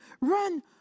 Run